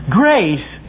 grace